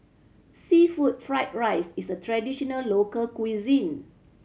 seafood fried rice is a traditional local cuisine